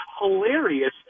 hilarious